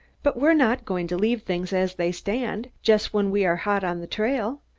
but we're not going to leave things as they stand, just when we are hot on the trail.